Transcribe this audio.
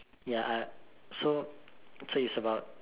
ya I so so it's about